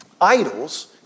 Idols